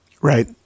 right